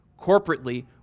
corporately